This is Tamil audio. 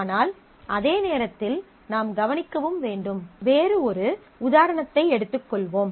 ஆனால் அதே நேரத்தில் நாம் கவனிக்கவும் வேண்டும் வேறு ஒரு உதாரணத்தை எடுத்துக்கொள்வோம்